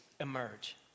emerge